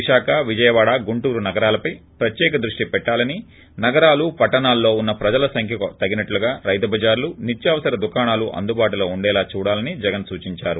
విశాఖ విజయవాడ గుంటూరు నగరాలపై ప్రత్యేక దృష్టి పెట్టాలని నగరాలు పట్టణాల్లో ఉన్న ప్రజల సంఖ్యకు తగినట్టుగా రైతు బజార్లు నిత్యావసర దుకాణాలు అందుబాటులో ఉండేలా చూడాలని జగన్ సూచిందారు